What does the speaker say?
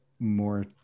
More